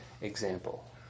example